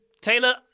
Taylor